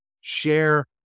share